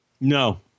No